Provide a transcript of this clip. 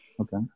Okay